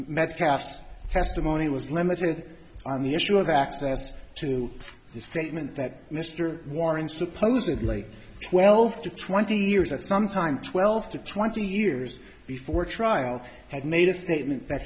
metcalf's testimony was limited on the issue of access to the statement that mr warren supposedly twelve to twenty years at some time twelve to twenty years before trial had made a statement that